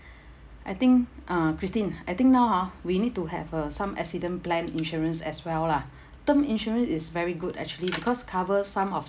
I think uh christine I think now ah we need to have a some accident plan insurance as well lah term insurance is very good actually because cover some of